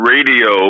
Radio